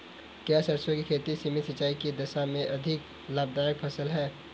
क्या सरसों की खेती सीमित सिंचाई की दशा में भी अधिक लाभदायक फसल है?